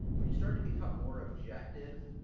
when you start to become more objective,